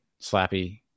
slappy